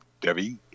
Debbie